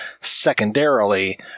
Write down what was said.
secondarily